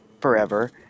forever